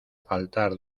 faltar